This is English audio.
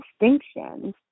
distinctions